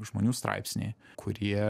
žmonių straipsniai kurie